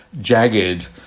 jagged